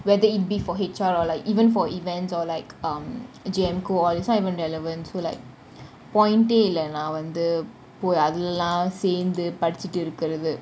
whether it be for H_R or like even for events or like um G_M co~ all it's not even relevant so like point eh இல்ல நான் வந்து அதுலலாம் சேர்ந்து படிச்சிட்டு இருக்குறது :illa naan vanthu athulalam seanthu padichitu irukurathu